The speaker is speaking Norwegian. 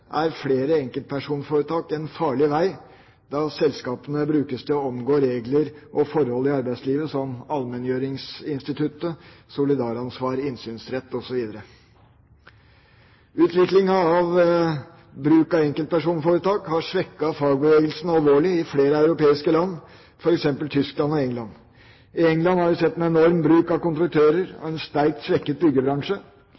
er flere enkeltpersonforetak en farlig vei, da selskapene brukes til å omgå regler og forhold i arbeidslivet, som f.eks. allmenngjøringsinstituttet, solidaransvar, innsynsrett osv. Utviklinga i bruk av enkeltpersonforetak har svekket fagbevegelsen alvorlig i flere europeiske land, f.eks. Tyskland og England. I England har vi sett en enorm bruk av